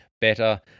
better